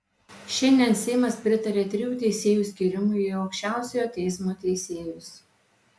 šiandien seimas pritarė trijų teisėjų skyrimui į aukščiausiojo teismo teisėjus